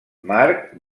marc